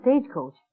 stagecoach